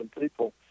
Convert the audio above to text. people